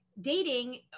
dating